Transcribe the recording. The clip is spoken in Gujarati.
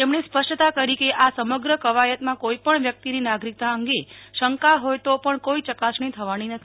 તેમણે સ્પષ્ટતા કરી કે આ સમગ્ર કવાયતમાં કોઈપણ વ્યક્તિની નાગરિકતા અંગે શંકા હોય તો પણ કોઈ ચકાસણી થવાની નથી